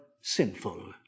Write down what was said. sinful